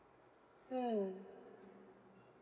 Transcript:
mm